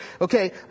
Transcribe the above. Okay